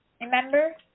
Remember